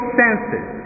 senses